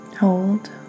hold